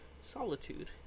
solitude